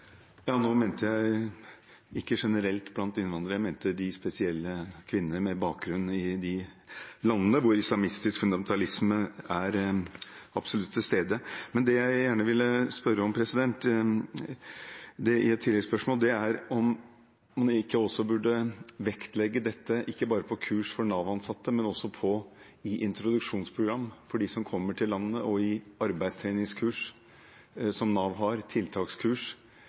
Nå mente jeg ikke generelt blant innvandrere. Jeg mente de spesielle kvinnene med bakgrunn fra landene der islamistisk fundamentalisme så absolutt er til stede. Men jeg vil gjerne, i et tilleggsspørsmål, spørre om vi ikke burde vektlegge dette, ikke bare på kurs for Nav-ansatte, men også i introduksjonsprogrammet for dem som kommer til landet, og i arbeidstreningskurs, tiltakskurs, som Nav har.